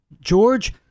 George